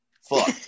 Fuck